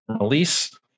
release